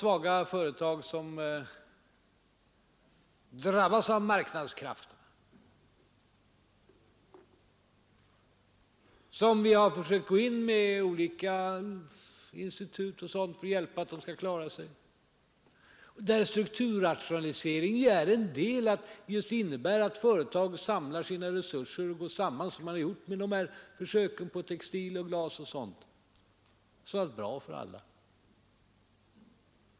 Vi har försökt gå in med olika institut och sådant för att hjälpa de svaga företag som drabbats av marknadskrafterna. Strukturrationalisering innebär att företag lägger ihop sina resurser och går samman, vilket skett inom textil-, glasoch andra branscher. Det är bra för alla.